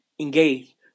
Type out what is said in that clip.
engage